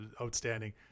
outstanding